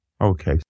Okay